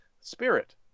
spirit